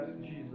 Jesus